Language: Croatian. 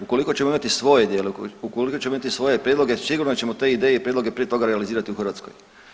Ukoliko ćemo imati svoje ideje, ukoliko ćemo imati svoje prijedloge sigurno ćemo te ideje i prijedloge prije toga realizirati u Hrvatskoj.